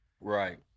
Right